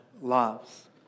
loves